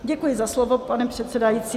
Děkuji za slovo, pane předsedající.